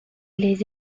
les